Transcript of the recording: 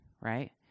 Right